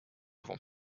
vent